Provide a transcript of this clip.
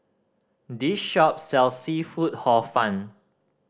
this shop sells seafood Hor Fun